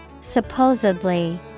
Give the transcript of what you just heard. Supposedly